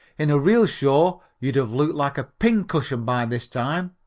in a real show you'd have looked like a pin cushion by this time.